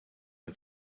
and